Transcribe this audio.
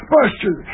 Buster